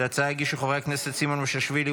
את ההצעה הגישו חברי הכנסת סימון מושיאשוילי,